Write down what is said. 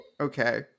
Okay